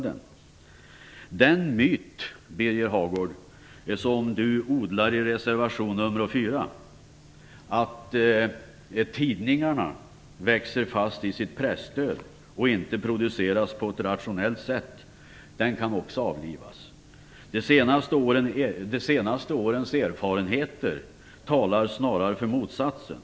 Också den myt, Birger Hagård, som ni odlar i reservation nr 4, att tidningarna växer fast i sitt presstöd och inte produceras på ett rationellt sätt, kan avlivas. De senaste årens erfarenheter talar snarare för motsatsen.